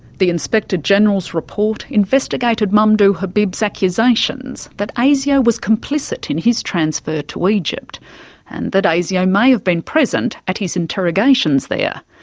the inspector-general's report investigated mamdouh habib's accusations that asio was complicit in his transfer to egypt and that asio may have been present at his interrogations there.